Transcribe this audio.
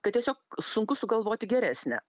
kad tiesiog sunku sugalvoti geresnę